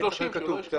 "30 ימים" כדי